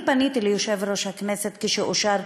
אני פניתי ליושב-ראש הכנסת כשאושר